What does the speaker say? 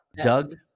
Doug